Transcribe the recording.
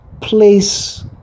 place